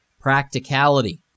practicality